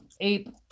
ape